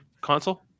console